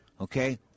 okay